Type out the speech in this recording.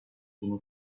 bunun